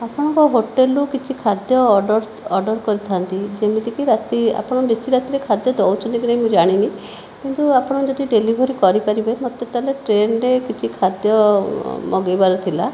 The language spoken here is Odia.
ଆପଣଙ୍କ ହୋଟେଲ୍ରୁ କିଛି ଖାଦ୍ୟ ଅର୍ଡ଼ର ଅର୍ଡ଼ର କରିଥାନ୍ତି ଯେମିତିକି ରାତି ଆପଣ ବେଶୀ ରାତିରେ ଖାଦ୍ୟ ଦେଉଛନ୍ତି କି ନାହିଁ ମୁଁ ଜାଣିନାହିଁ ତ ଆପଣ ଯଦି ଡେଲିଭରି କରିପାରିବେ ମୋତେ ତା'ହେଲେ ଟ୍ରେନ୍ରେ କିଛି ଖାଦ୍ୟ ମଗାଇବାର ଥିଲା